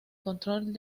control